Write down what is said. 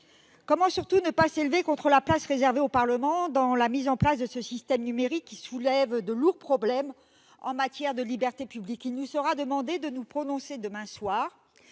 Comment, surtout, ne pas s'élever contre la place réservée au Parlement dans la mise en oeuvre de ce système numérique, qui soulève de lourds problèmes en matière de libertés publiques ? Il nous sera demandé de nous prononcer demain soir,